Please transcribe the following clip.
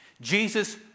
Jesus